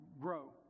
grow